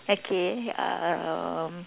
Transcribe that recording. okay um